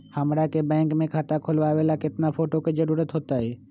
हमरा के बैंक में खाता खोलबाबे ला केतना फोटो के जरूरत होतई?